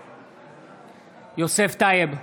בעד יוסף טייב,